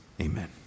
Amen